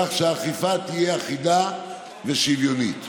כך שהאכיפה תהיה אחידה ושוויונית.